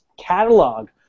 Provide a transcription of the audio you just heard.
catalog